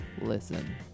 Listen